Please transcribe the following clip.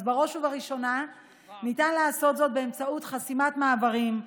בראש ובראשונה ניתן לעשות זאת באמצעות חסימת מעברים,